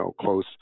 close